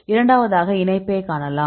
இரண்டாவதாக இணைப்பைக் காணலாம்